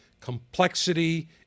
complexity